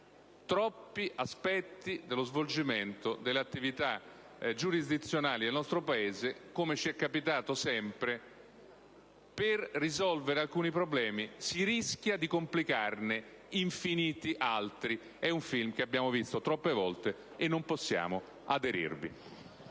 troppi aspetti relativi allo svolgimento delle attività giurisdizionali del nostro Paese. Come è capitato altre volte, per risolvere alcuni problemi si rischia di complicarne infiniti altri. È un film che abbiamo visto troppe volte e non possiamo aderirvi.